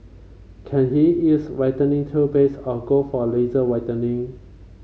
can he use whitening toothpaste or go for laser whitening